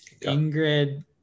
ingrid